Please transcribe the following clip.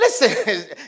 listen